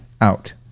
out